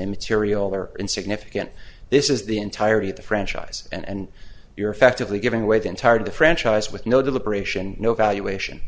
immaterial they're insignificant this is the entirety of the franchise and you're effectively giving away the entire the franchise with no deliberation no valuation